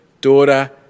daughter